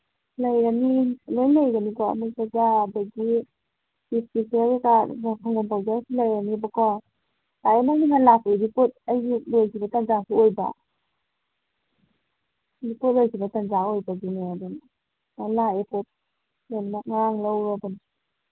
ꯂꯩꯔꯅꯤ ꯂꯣꯏ ꯂꯩꯒꯅꯤꯀꯣ ꯑꯃꯨꯜ ꯇꯥꯖꯥ ꯑꯗꯒꯤ ꯄꯤꯀꯜ ꯀꯩꯀꯥ ꯁꯪꯒꯣꯝ ꯄꯥꯎꯗꯔꯁꯨ ꯂꯩꯔꯅꯤꯕꯀꯣ ꯑꯗꯩ ꯅꯪ ꯅꯍꯥꯟ ꯂꯥꯛꯄꯗꯨꯗꯤ ꯄꯣꯠ ꯑꯩꯒꯤ ꯂꯣꯏꯒꯤꯕ ꯇꯟꯖꯥꯁꯨ ꯑꯣꯏꯕ ꯏꯁꯇꯣꯛ ꯂꯣꯏꯈꯤꯕ ꯇꯟꯖꯥꯁꯨ ꯑꯣꯏꯕꯒꯤꯅꯦ ꯑꯗꯨꯝ ꯂꯥꯛꯑꯦ ꯄꯣꯠ ꯌꯥꯝꯅ ꯉꯔꯥꯡ ꯂꯧꯔꯕꯅꯤ